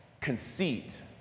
conceit